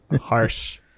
Harsh